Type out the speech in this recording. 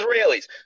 Israelis